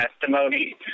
testimony